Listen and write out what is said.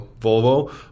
Volvo